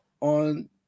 on